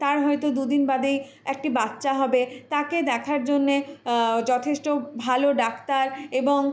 তার হয়তো দু দিন বাদেই একটি বাচ্চা হবে তাকে দেখার জন্যে যথেষ্ট ভালো ডাক্তার এবং